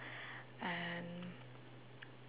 and